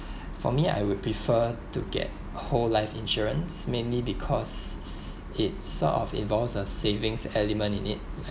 for me I would prefer to get whole life insurance mainly because it sort of involves a savings element in it